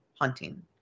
hunting